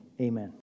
Amen